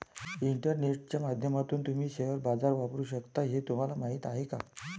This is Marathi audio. इंटरनेटच्या माध्यमातून तुम्ही शेअर बाजार वापरू शकता हे तुम्हाला माहीत आहे का?